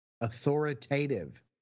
Authoritative